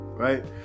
Right